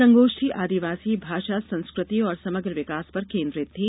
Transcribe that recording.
संगोष्ठी आदिवासी भाषा संस्कृति और समग्र विकास पर केन्द्रित थी